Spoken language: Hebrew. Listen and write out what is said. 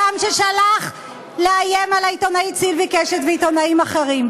אדם ששלח לאיים על העיתונאית סילבי קשת ועיתונאים אחרים.